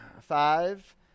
Five